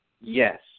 Yes